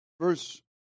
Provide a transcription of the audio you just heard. Verse